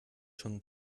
schon